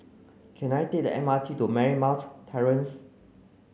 can I take the M R T to Marymount Terrace